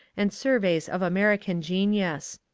and surveys of american genius.